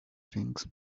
things